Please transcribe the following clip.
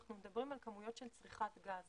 אנחנו מדברים על כמויות של צריכת גז.